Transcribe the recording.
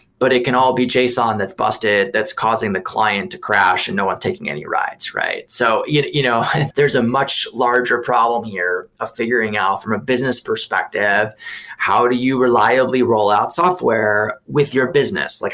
but it can all be json that's busted that's causing the client to crash and no one's taking any rides, right? so you know you know there's a much larger problem here of figuring out from a business perspective how do you reliable roll out software with your business? like